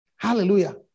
Hallelujah